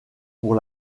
pour